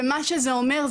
ומה שזה אומר,